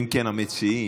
אם כן, המציעים,